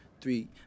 three